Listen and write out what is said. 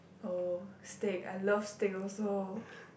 oh steak I love steak also